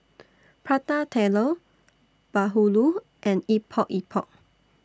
Prata Telur Bahulu and Epok Epok